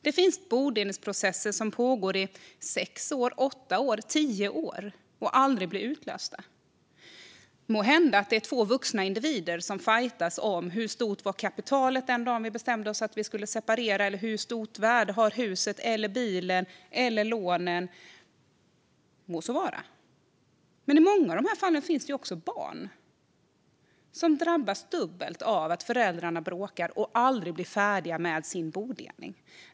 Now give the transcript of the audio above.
Det finns bodelningsprocesser som pågår i sex år, åtta år, tio år och aldrig blir lösta. Det må så vara att det är två vuxna individer som fajtas om hur stort kapitalet var den dagen de bestämde att de skulle separera eller hur stort värde huset eller bilen eller lånen har. Men i många av fallen finns det också barn, som drabbas dubbelt av att föräldrarna bråkar och aldrig blir färdiga med sin bodelning.